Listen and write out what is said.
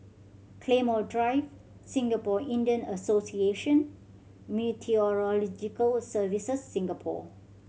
Claymore Drive Singapore Indian Association Meteorological Services Singapore